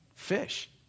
Fish